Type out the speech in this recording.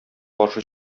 каршы